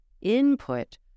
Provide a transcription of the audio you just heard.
input